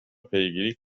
پیگیری